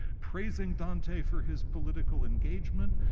praising dante for his political engagement,